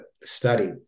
study